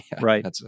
Right